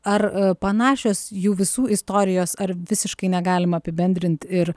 ar panašios jų visų istorijos ar visiškai negalim apibendrint ir